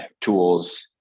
tools